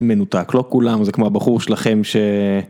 מנותק, לא כולם זה כמו הבחור שלכם ש...